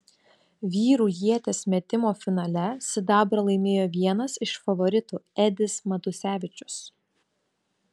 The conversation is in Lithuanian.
vyrų ieties metimo finale sidabrą laimėjo vienas iš favoritų edis matusevičius